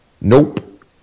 nope